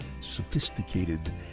sophisticated